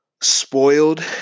spoiled